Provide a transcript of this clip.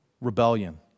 rebellion